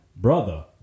Brother